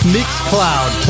Mixcloud